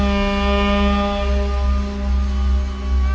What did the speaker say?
and